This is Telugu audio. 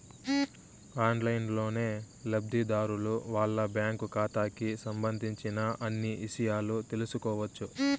ఆన్లైన్లోనే లబ్ధిదారులు వాళ్ళ బ్యాంకు ఖాతాకి సంబంధించిన అన్ని ఇషయాలు తెలుసుకోవచ్చు